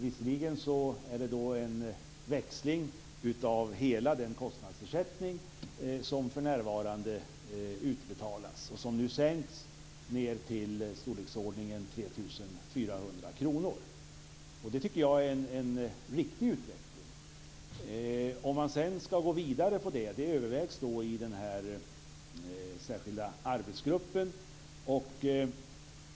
Då handlar det alltså om en växling av hela den kostnadsersättning som för närvarande utbetalas och som nu sänkts till storleksordningen 3 400 kr. Det tycker jag är en riktig utveckling. Sedan gäller det om man skall gå vidare på detta, och det övervägs i den här särskilda arbetsgruppen.